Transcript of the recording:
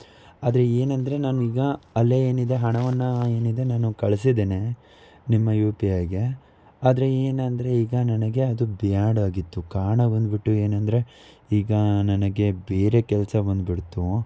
ಆದರೆ ಏನಂದರೆ ನಾನೀಗ ಅಲ್ಲೇ ಏನಿದೆ ಹಣವನ್ನು ಏನಿದೆ ನಾನು ಕಳ್ಸಿದ್ದೇನೆ ನಿಮ್ಮ ಯು ಪಿ ಐಗೆ ಆದರೆ ಏನಂದರೆ ಈಗ ನನಗೆ ಅದು ಬೇಡಾಗಿತ್ತು ಕಾರಣ ಬಂದುಬಿಟ್ಟು ಏನಂದರೆ ಈಗ ನನಗೆ ಬೇರೆ ಕೆಲಸ ಬಂದುಬಿಡ್ತು